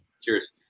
cheers